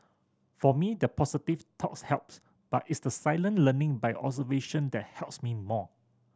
for me the positive talks helps but it's the silent learning by observation that helps me more